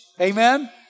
Amen